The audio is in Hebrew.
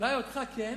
אולי אותך כן,